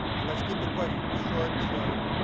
and let's keep the questions short. so.